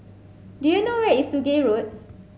do you know where is Sungei Road